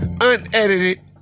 Unedited